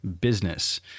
business